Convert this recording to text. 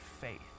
faith